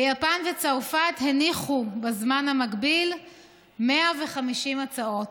ביפן וצרפת הניחו בזמן המקביל 150 הצעות,